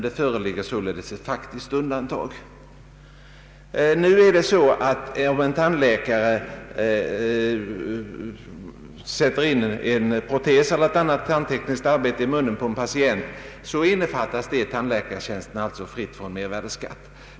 Det föreligger sålunda ett faktiskt undantag. Om en tandläkare sätter in en protes eller ett annat tandtekniskt arbete i munnen på en patient, så innefattas detta i tandläkartjänsten som är fri från mervärdeskatt.